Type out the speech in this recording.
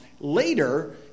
later